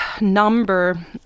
number